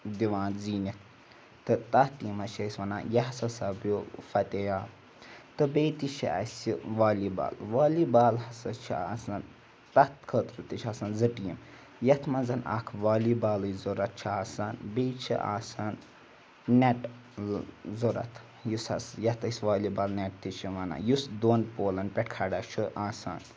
دِوان زیٖنِتھ تہٕ تَتھ ٹیٖمَس چھِ أسۍ وَنان یہِ ہہ سا سپدیو فتح یاب تہٕ بیٚیہِ تہِ چھِ اَسہِ والی بال والی بال ہَسا چھِ آسان تَتھ خٲطرٕ تہِ چھِ آسان زٕ ٹیٖم یَتھ منٛز اَکھ والی بالٕچ ضوٚرَتھ چھِ آسان بیٚیہِ چھِ آسان نٮ۪ٹ ضوٚرَتھ یُس حظ یَتھ أسۍ والی بال نٮ۪ٹ تہِ چھِ وَنان یُس دۄن پولَن پٮ۪ٹھ کھَڑا چھُ آسان